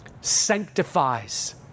sanctifies